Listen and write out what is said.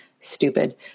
stupid